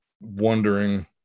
wondering –